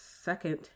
second